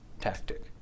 tactic